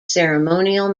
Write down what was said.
ceremonial